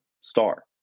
star